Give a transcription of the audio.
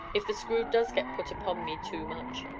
if the screw does get put upon me too much!